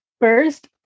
first